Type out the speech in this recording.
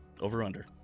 Over-under